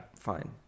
fine